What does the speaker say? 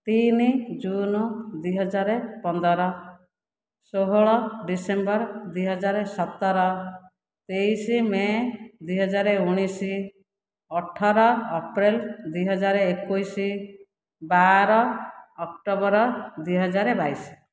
ତିନି ଜୁନ୍ ଦୁଇହଜାର ପନ୍ଦର ଷୋହଳ ଡିସେମ୍ବର ଦୁଇହଜାର ସତର ତେଇଶ ମେ' ଦୁଇହଜାର ଉଣେଇଶ ଅଠର ଅପ୍ରେଲ ଦୁଇହଜାର ଏକୋଇଶ ବାର ଅକ୍ଟୋବର ଦୁଇହଜାର ବାଇଶ